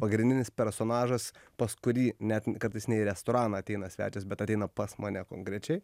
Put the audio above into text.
pagrindinis personažas pas kurį net kartais ne į restoraną ateina svečias bet ateina pas mane konkrečiai